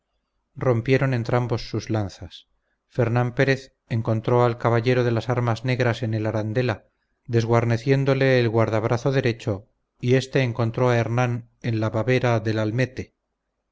rompieron entrambos sus lanzas fernán pérez encontró al caballero de las armas negras en el arandela desguarneciéndole el guardabrazo derecho y éste encontró a hernán en la babera del almete